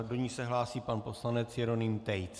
Do ní se hlásí pan poslanec Jeroným Tejc.